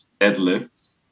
deadlifts